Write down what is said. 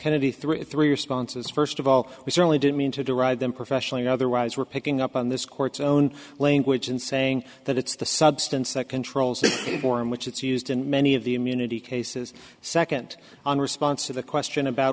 kennedy three three responses first of all we certainly didn't mean to derive them professionally otherwise we're picking up on this court's own language and saying that it's the substance that controls the form which it's used in many of the immunity cases second on response to the question about